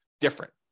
different